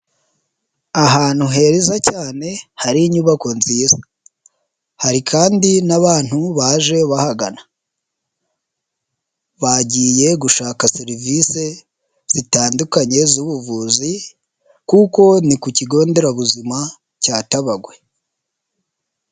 Ahantu heza cyane, hari inyubako nziza. Hari kandi n'abantu baje bahagana. Bagiye gushaka serivisi zitandukanye z'ubuvuzi, kuko ni ku kigo nderabuzima cya Tabagwe.